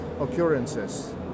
occurrences